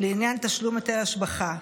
לעניין תשלום היטל השבחה,